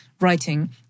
writing